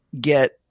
get